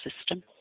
system